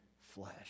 flesh